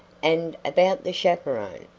and about the chaperon.